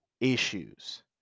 issues